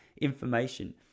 information